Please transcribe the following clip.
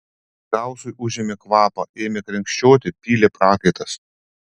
gausui užėmė kvapą ėmė krenkščioti pylė prakaitas